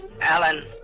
Alan